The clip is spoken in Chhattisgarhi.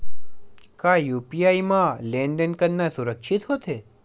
का यू.पी.आई म लेन देन करना सुरक्षित होथे?